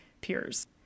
peers